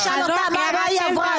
שאל אותה מה היא עברה,